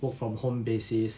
work from home basis